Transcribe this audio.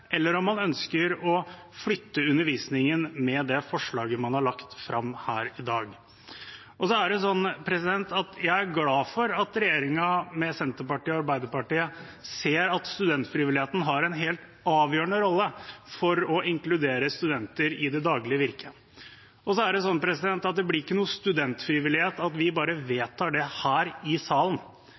eller om man ønsker å flytte undervisningen, med det forslaget man har lagt fram her i dag. Jeg er glad for at regjeringen med Senterpartiet og Arbeiderpartiet ser at studentfrivilligheten har en helt avgjørende rolle for å inkludere studenter i det daglige virket. Det er også slik at det blir ikke noe studentfrivillighet av at vi bare vedtar det her i salen.